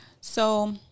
So-